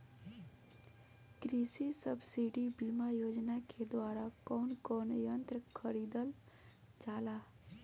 कृषि सब्सिडी बीमा योजना के द्वारा कौन कौन यंत्र खरीदल जाला?